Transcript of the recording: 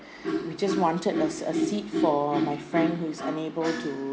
we just wanted a a seat for my friend who is unable to